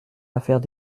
affaires